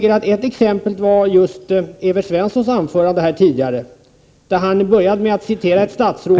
Ett exempel var, tycker jag, Evert Svenssons anförande här tidigare. Han började med att citera ett statsråd...